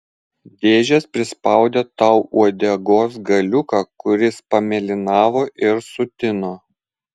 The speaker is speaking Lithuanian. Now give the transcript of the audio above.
dėžės prispaudė tau uodegos galiuką kuris pamėlynavo ir sutino